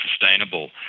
sustainable